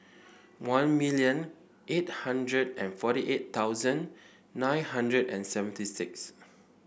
one million eight hundred and forty eight thousand nine hundred and seventy six